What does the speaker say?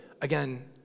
again